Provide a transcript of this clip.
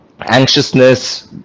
Anxiousness